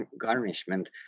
garnishment